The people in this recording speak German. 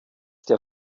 der